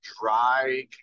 dry